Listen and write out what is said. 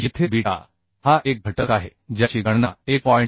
येथे बीटा हा एक घटक आहे ज्याची गणना 1